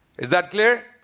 is that clear?